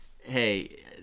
Hey